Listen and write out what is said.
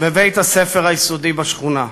בבית-הספר היסודי בשכונה.